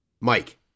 Mike